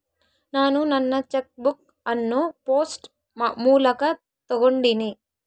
ನಾನು ನನ್ನ cheque book ಅನ್ನು ಪೋಸ್ಟ್ ಮೂಲಕ ತೊಗೊಂಡಿನಿ